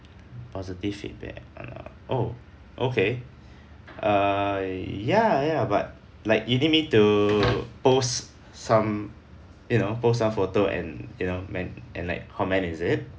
positive feedback uh oh okay err ya ya but like you need me to post some you know post some photo and you know man and like comment is it